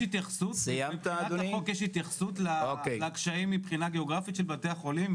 מבחינת החוק יש התייחסות לקשיים מבחינה גיאוגרפית של בתי החולים,